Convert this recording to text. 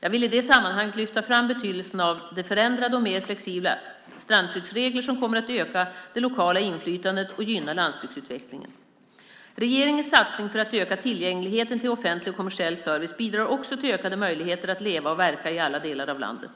Jag vill i det sammanhanget lyfta fram betydelsen av de förändrade och mer flexibla strandskyddsregler som kommer att öka det lokala inflytandet och gynna landsbygdsutvecklingen. Regeringens satsning för att öka tillgängligheten till offentlig och kommersiell service bidrar också till ökade möjligheter att leva och verka i alla delar av landet.